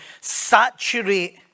saturate